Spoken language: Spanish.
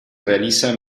realiza